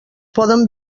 poden